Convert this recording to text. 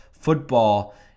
Football